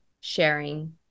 sharing